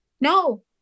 No